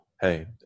hey